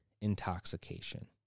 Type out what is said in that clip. intoxication